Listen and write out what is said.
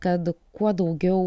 kad kuo daugiau